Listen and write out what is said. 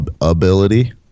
ability